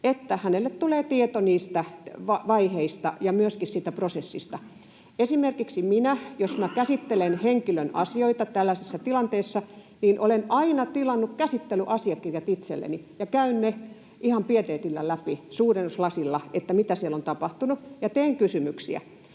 hakijalle, tulee tieto niistä vaiheista ja myöskin siitä prosessista. Esimerkiksi jos minä käsittelen henkilön asioita tällaisessa tilanteessa, niin olen aina tilannut käsittelyasiakirjat itselleni ja käyn ne ihan pieteetillä läpi, suurennuslasilla, mitä siellä on tapahtunut, ja teen kysymyksiä.